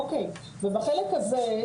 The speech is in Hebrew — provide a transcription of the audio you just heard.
אוקי ובחלק הזה,